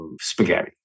spaghetti